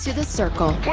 the the circle.